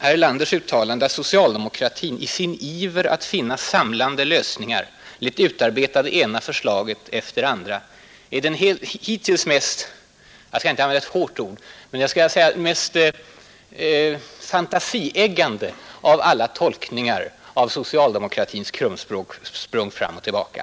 Herr Erlanders uttalande att socialdemokratin ”i sin iver att finna samlande lösningar lät utarbeta det ena förslaget efter det andra” är den hittills mest — jag skall inte använda några hårda ord — fantasieggande av alla tolkningar av socialdemokratins krumsprång fram och tillbaka.